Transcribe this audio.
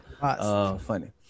Funny